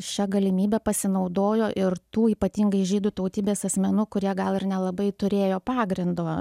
šia galimybe pasinaudojo ir tų ypatingai žydų tautybės asmenų kurie gal ir nelabai turėjo pagrindo